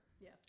Yes